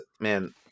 man